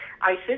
ISIS